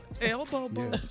elbow